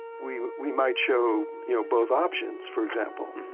we we might show you know both options for example,